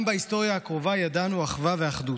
גם בהיסטוריה הקרובה ידענו אחווה ואחדות.